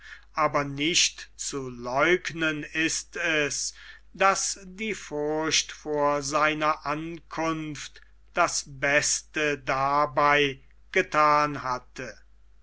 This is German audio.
aber nicht zu leugnen ist es daß die furcht vor seiner ankunft das beste dabei gethan hatte